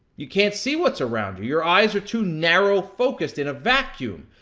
you can't see what's around you. your eyes are too narrow focused in a vacuum,